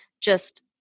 just-